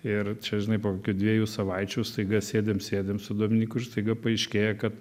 ir čia žinai po dviejų savaičių staiga sėdim sėdim su dominyku ir staiga paaiškėja kad